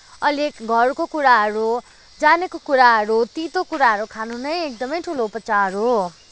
अलिक घरको कुराहरू जानेको कुराहरू तितो कुराहरू खानु नै एकदमै ठुलो उपचार हो